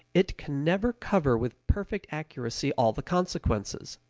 it can never cover with perfect accuracy all the consequences.